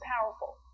powerful